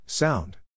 Sound